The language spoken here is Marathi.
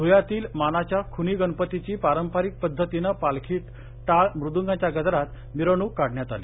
धुळ्यातील मानाच्या खुनी गणपतीची पारंपरीक पध्दतीनं पालखीत टाळ मृदुगांच्या गजरात मिरवणुक काढण्यात आली